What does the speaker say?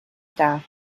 staff